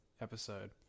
episode